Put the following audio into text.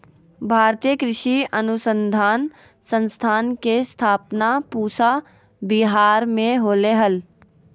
भारतीय कृषि अनुसंधान संस्थान के स्थापना पूसा विहार मे होलय हल